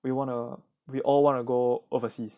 we want to we all wanna go overseas